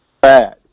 Bad